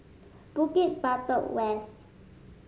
Bukit Batok West